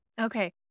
Okay